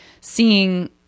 seeing